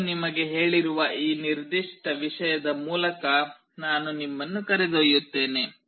ನಾನು ನಿಮಗೆ ಹೇಳಿರುವ ಈ ನಿರ್ದಿಷ್ಟ ವಿಷಯದ ಮೂಲಕ ನಾನು ನಿಮ್ಮನ್ನು ಕರೆದೊಯ್ಯುತ್ತೇನೆ